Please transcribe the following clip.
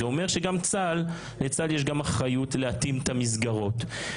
זה אומר שגם לצה"ל יש אחריות להתאים את המסגרות.